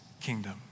kingdom